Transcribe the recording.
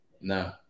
No